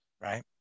right